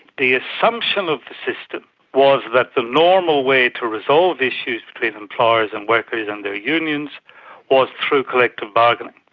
the assumption of the system was that the normal way to resolve issues between employers and workers and their unions was through collective bargaining.